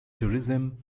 tourism